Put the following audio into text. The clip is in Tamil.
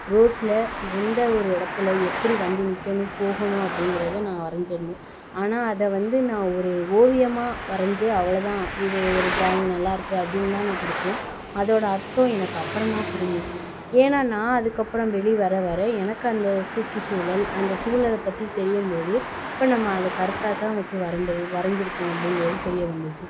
ரோட்டில் எந்த ஒரு இடத்துல எப்படி வண்டி நிற்கணும் போகணும் அப்படிங்கறத நான் வரைஞ்சிருந்தேன் ஆனால் அதை வந்து நான் ஒரு ஓவியமாக வரைஞ்சு அவ்வளோதான் இது ஒரு ட்ராயிங் நல்லா இருக்குது அப்படின்னுதான் நான் கொடுத்தேன் அதோடய அர்த்தம் எனக்கு அப்புறமா புரிஞ்சிச்சு ஏன்னால் நான் அதுக்கு அப்புறம் வெளி வர வர எனக்கு அந்த ஒரு சுற்றுசூழல் அந்த சூழ்நில பற்றி தெரியும்போது அப்போ நம்ம அதை கருத்தாக தான் வச்ச வரஞ் வரைஞ்சி இருக்கோம் அப்படிங்கிறது புரிய வந்துச்சு